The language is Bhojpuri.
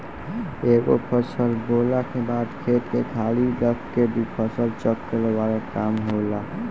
एगो फसल बोअला के बाद खेत के खाली रख के भी फसल चक्र वाला काम होला